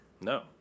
No